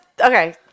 okay